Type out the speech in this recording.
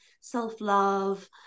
self-love